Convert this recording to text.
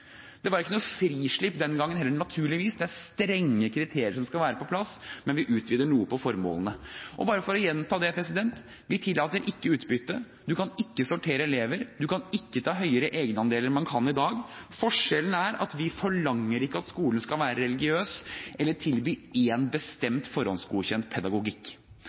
Det var ikke noe frislipp den gangen heller, naturligvis. Det er strenge kriterier som skal være på plass, men vi utvider formålene noe. Bare for å gjenta det: Vi tillater ikke utbytte. Man kan ikke sortere elever. Man kan ikke ta høyere egenandel enn i dag. Forskjellen er at vi forlanger ikke at skolen skal være religiøs eller tilby en bestemt forhåndsgodkjent pedagogikk.